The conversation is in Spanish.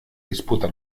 disputa